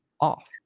off